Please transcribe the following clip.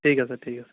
ঠিক আছে ঠিক আছে